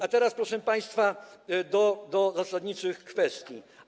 A teraz, proszę państwa, do zasadniczych kwestii.